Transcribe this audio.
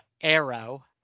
arrow